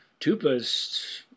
Tupa's